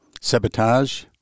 sabotage